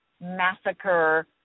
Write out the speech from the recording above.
massacre